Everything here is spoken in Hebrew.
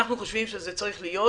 אנחנו חושבים שזה צריך להיות